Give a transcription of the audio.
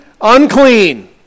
unclean